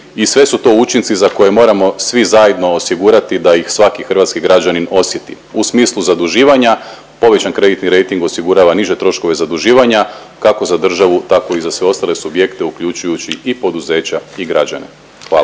i sve su to učinci za koje moramo svi zajedno osigurati da ih svaki hrvatski građanin osjeti. U smislu zaduživanja povećani kreditni rejting osigurava niže troškove zaduživanja kako za državu tako i za sve ostale subjekte uključujući i poduzeća i građane. Hvala.